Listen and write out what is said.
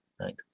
right